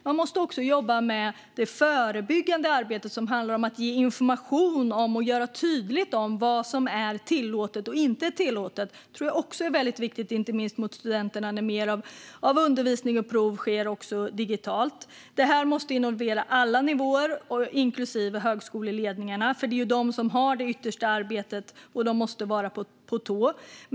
Man måste också jobba med det förebyggande arbetet, som handlar om att ge information om och göra tydligt vad som är tillåtet och inte. Det tror jag också är väldigt viktigt, inte minst för studenterna, när mer av undervisning och prov sker digitalt. Alla nivåer måste involveras i detta, inklusive högskoleledningarna för det är ju de som har det yttersta ansvaret och måste vara på tå.